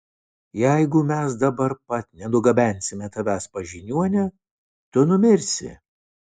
jeigu mes dabar pat nenugabensime tavęs pas žiniuonę tu numirsi